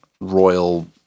royal